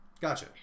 Gotcha